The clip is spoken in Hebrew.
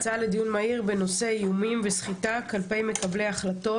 הצעה לדיון מהיר בנושא "איומים וסחיטה כלפי מקבלי החלטות